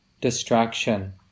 distraction